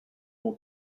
will